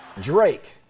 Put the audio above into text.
Drake